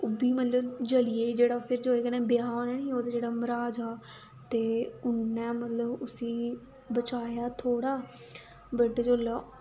उब्बी मतलब जली गेई जेह्ड़ा फिर जेह्दे कन्नै ब्याह् होना हा नी ओह्दा जेह्ड़ा मरहाज हा ते उन्नै मतलब उसी बचाया थोह्ड़ा बट जुल्लै